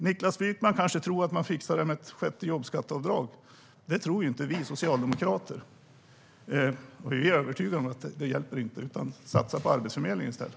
Niklas Wykman kanske tror att man fixar detta med ett sjätte jobbskatteavdrag. Det tror inte vi socialdemokrater. Vi är övertygade om att det inte hjälper. Satsa på Arbetsförmedlingen i stället!